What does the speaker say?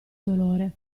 dolore